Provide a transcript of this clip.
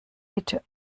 bitte